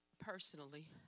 personally